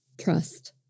Trust